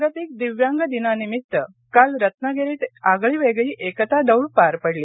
जागतिक दिव्यांग दिनानिमित्त काल रत्नागिरीत आगळीवेगळी एकता दौड पार पडली